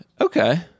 Okay